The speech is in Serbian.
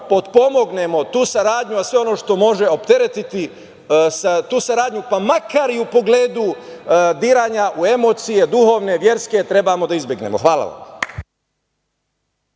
potpomognemo tu saradnju, a sve ono što može opteretiti tu saradnju, pa makar i u pogledu diranja u emocije duhovne, verske trebamo da izbegnemo. Hvala.